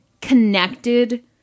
connected